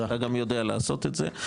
ואתה גם יודע לעשות את זה.